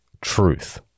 truth